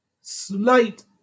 slight